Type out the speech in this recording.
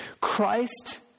Christ